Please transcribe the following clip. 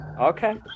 Okay